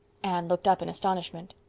anne looked up in astonishment.